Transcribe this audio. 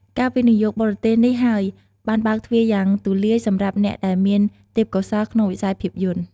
ការវិនិយោគបរទេសនេះហើយបានបើកទ្វារយ៉ាងទូលាយសម្រាប់អ្នកដែលមានទេពកោសល្យក្នុងវិស័យភាពយន្ត។